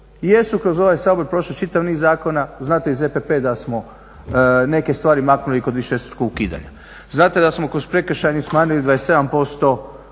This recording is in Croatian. Jesu kroz ovaj Sabor prošli čitav niz zakona, znate i ZPP da smo neke stvari maknuli kod višestrukog ukidanja. Znate da smo kod prekršajnih smanjili 27%